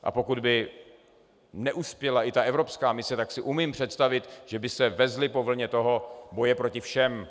A pokud by neuspěla i ta evropská mise, tak si umím představit, že by se vezli po vlně boje proti všem.